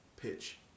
pitch